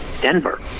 Denver